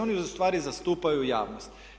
Oni ustvari zastupaju javnost.